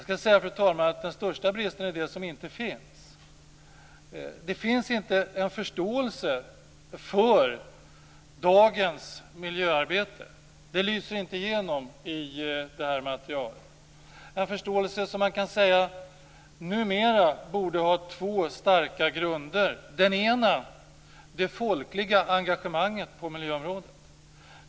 Men, fru talman, den största bristen är det som inte finns. Det saknas nämligen en förståelse för dagens miljöarbete - någon sådan lyser inte igenom i det här materialet. Den förståelsen kan man säga borde numera ha två starka grunder. Den ena är det folkliga engagemanget på miljöområdet.